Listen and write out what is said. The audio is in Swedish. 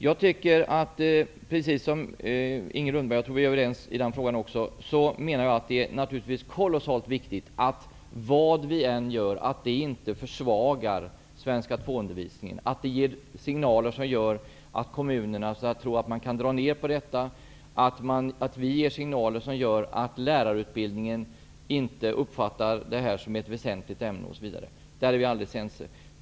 Jag menar precis som Inger Lundberg -- jag tror att vi är överens i den frågan också -- att det är kolossalt viktigt att det vi föreslår inte försvagar undervisningen i svenska 2. Vi vill inte ge signaler som får kommunerna att tro att de kan dra ned på undervisningen eller som får de som går på lärarutbildningen att inte uppfatta ämnet som väsentligt. Där är vi alldeles ense.